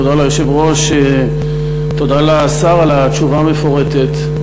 תודה ליושב-ראש, תודה לשר על התשובה המפורטת.